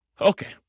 Okay